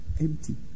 Empty